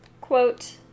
quote